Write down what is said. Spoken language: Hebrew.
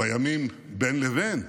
בימים בין לבין,